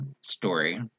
story